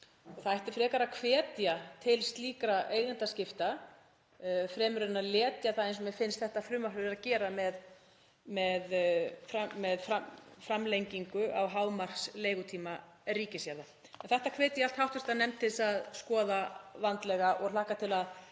Það ætti frekar að hvetja til slíkra eigendaskipta fremur en að letja, eins og mér finnst þetta frumvarp vera að gera með framlengingu á hámarki leigutíma ríkisjarða. Þetta hvet ég hv. nefnd til að skoða vandlega og ég hlakka til að